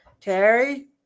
Terry